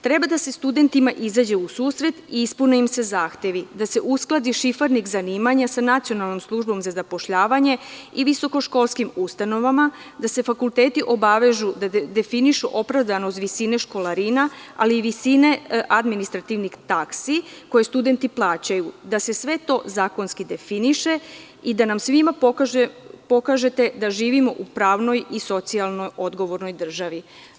Treba da se studentima izađe u susret i ispune im se zahtevi, da se uskladi Šifrarnik zanimanja sa Nacionalnom službom za zapošljavanje i visoko školskim ustanovama, da se fakulteti obavežu da definišu opravdanost visine školarina, ali i visine administrativnih taksi koje studenti plaćaju, da se sve to zakonski definiše i da nam svima pokažete da živimo u pravnoj i socijalno odgovornoj državi.